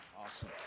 awesome